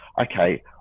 okay